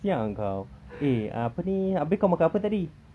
sia ah kau eh apa ni abeh kau makan apa tadi